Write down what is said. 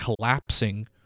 collapsing